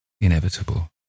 inevitable